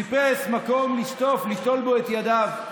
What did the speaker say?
הוא חיפש מקום לשטוף, ליטול בו את ידיו.